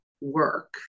work